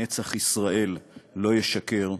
נצח ישראל לא ישקר,